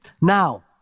Now